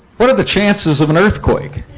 what are the chances of an earthquake?